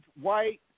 white